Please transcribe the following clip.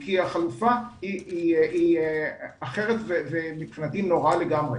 כי החלופה היא אחרת ומבחינתי היא נוראה לגמרי.